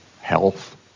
health